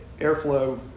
airflow